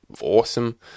awesome